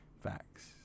facts